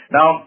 Now